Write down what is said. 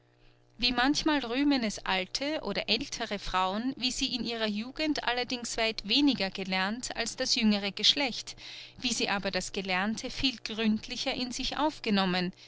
wie manchmal rühmen es alte oder ältere frauen wie sie in ihrer jugend allerdings weit weniger gelernt als das jüngere geschlecht wie sie aber das gelernte viel gründlicher in sich aufgenommen